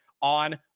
on